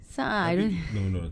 sa~ ah